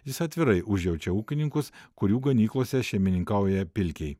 jis atvirai užjaučia ūkininkus kurių ganyklose šeimininkauja pilkiai